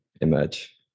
emerge